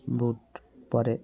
বুট পরে